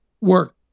work